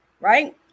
right